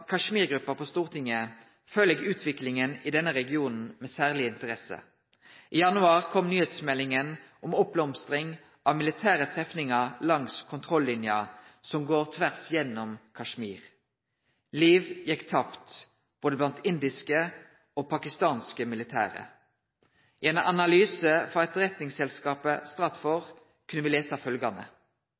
på Stortinget følgjer eg utviklinga i denne regionen med særleg interesse. I januar kom nyheitsmeldingar om oppblomstring av militære trefningar langs kontrollinja, som går tvers gjennom Kashmir. Liv gjekk tapt både blant indiske og pakistanske militære. I ein analyse frå etterretningsselskapet Stratfor kunne me lese